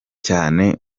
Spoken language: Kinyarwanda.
cyane